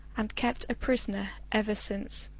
and kept a prisoner ever since.